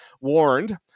Warned